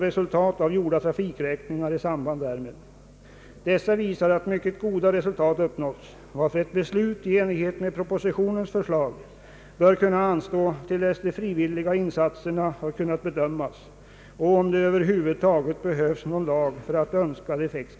Resultaten av gjorda trafikräkningar redovisas också i samband därmed. Mycket goda resultat har uppnåtts, varför ett beslut i enlighet med propositionens förslag bör kunna anstå till dess de frivilliga insatserna har kunnat bedömas så att man vet om det över huvud taget behövs någon lag för att uppnå önskad effekt.